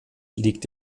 liegt